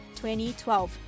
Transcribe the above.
2012